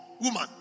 woman